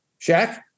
Shaq